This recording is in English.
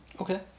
Okay